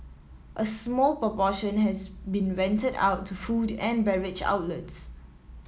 a small proportion has been rented out to food and beverage outlets